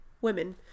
women